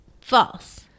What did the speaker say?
False